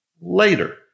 Later